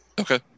okay